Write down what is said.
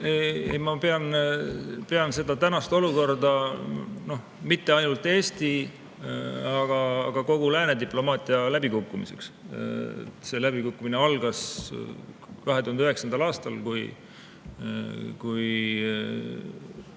pean tänast olukorda mitte ainult Eesti, vaid kogu lääne diplomaatia läbikukkumiseks. See läbikukkumine algas 2009. aastal, kui